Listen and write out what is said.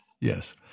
Yes